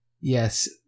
yes